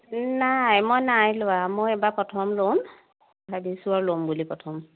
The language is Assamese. নাই মই নাই লোৱা মই এইবাৰ প্ৰথম ল'ম ভাবিছোঁ আৰু ল'ম বুলি প্ৰথম